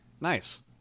Nice